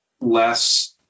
less